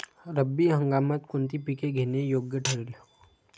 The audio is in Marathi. रब्बी हंगामात कोणती पिके घेणे योग्य ठरेल?